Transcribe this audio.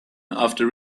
after